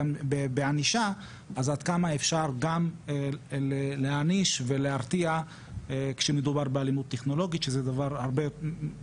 מצד אחד אתה אומר כל המרכיבים או התופעות של אלימות טכנולוגית,